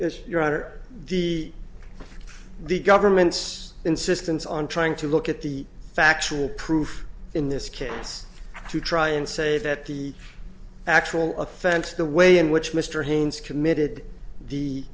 is your honor the the government's insistence on trying to look at the factual proof in this case to try and say that the actual offense the way in which mr haynes committed the